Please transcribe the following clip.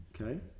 Okay